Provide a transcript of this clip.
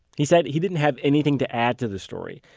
he said he didn't have anything to add to the story,